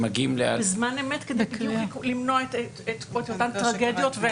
בדיוק כדי למנוע את אותן טרגדיות.